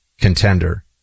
contender